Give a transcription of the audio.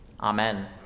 Amen